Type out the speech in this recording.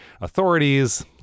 authorities